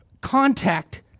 contact